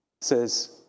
says